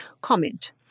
comment